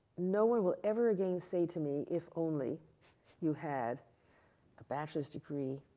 no one will ever again say to me, if only you had a bachelor's degree,